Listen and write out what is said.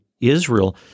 Israel